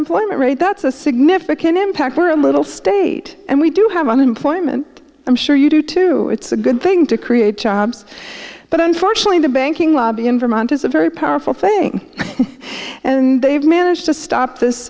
unemployment rate that's a significant impact we're a little state and we do have unemployment i'm sure you do too it's a good thing to create jobs but unfortunately the banking lobby in vermont is a very powerful thing and they've managed to stop this